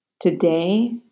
Today